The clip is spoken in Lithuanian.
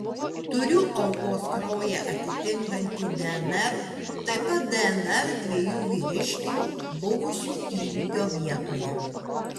turiu aukos kraują atitinkantį dnr taip pat dnr dviejų vyriškių buvusių įvykio vietoje